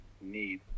need